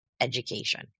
education